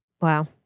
Wow